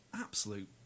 absolute